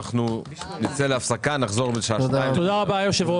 אנחנו נצא להפסקה ונחזור בשעה שתיים לדיון הבא.